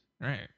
Right